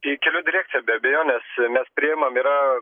į kelių direkciją be abejonės mes priimam yra